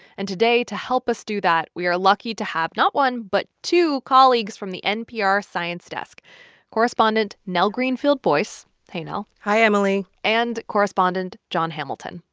and today, to help us do that, we are lucky to have not one, but two colleagues from the npr science desk correspondent nell greenfieldboyce. hey, nell hi, emily and correspondent jon hamilton.